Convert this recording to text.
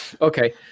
Okay